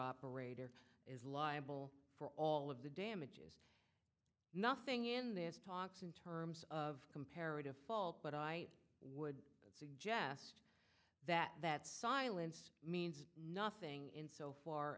operator is liable for all of the damages nothing in this talks in terms of comparative fault but i would suggest that that silence means nothing in so far